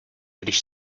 když